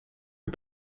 est